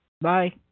Bye